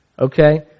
Okay